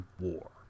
War